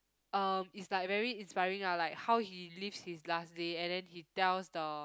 uh it's like very inspiring ah like how he lives his last day and then he tells the